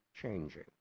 changing